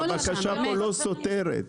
הבקשה פה לא סותרת.